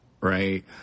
right